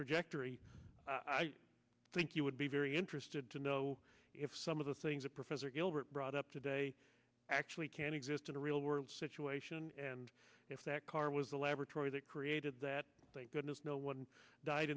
trajectory i think you would be very interested to know if some of the things that professor gilbert brought up today actually can exist in a real world situation and if that car was the laboratory that created that thank goodness no